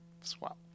Swap